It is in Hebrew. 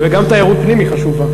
וגם תיירות פנים היא חשובה.